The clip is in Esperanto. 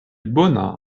bona